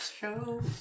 show